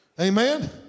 Amen